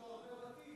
יש לו הרבה בתים,